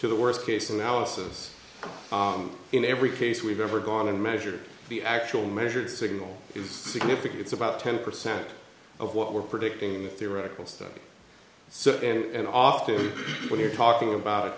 to the worst case analysis in every case we've ever gone and measured the actual measured signal is significant it's about ten percent of what we're predicting the theoretical study so and often when you're talking about a